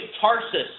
Tarsus